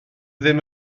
ddim